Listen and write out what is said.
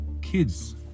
Kids